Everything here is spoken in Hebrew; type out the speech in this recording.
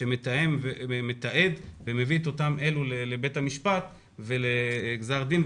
שמתעד ומביא את מי שצריך לבית המשפט ולגזר דין.